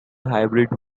hybrid